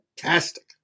fantastic